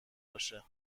باشه